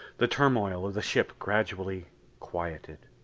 the turmoil of the ship gradually quieted.